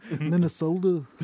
Minnesota